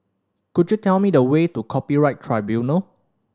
could you tell me the way to Copyright Tribunal